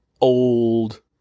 old